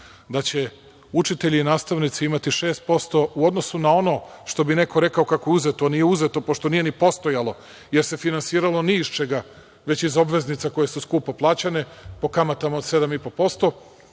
da će učitelji i nastavnici imati 6% u odnosu na ono, što bi neko rekao kako je uzeto, a to nije uzeto pošto nije ni postojalo, jer se finansiralo ni iz čega, već iz obveznica koje su skupo plaćene po kamatama od 7,5%,